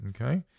Okay